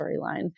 storyline